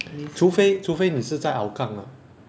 除非除非你是在 hougang lah